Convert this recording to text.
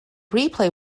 replay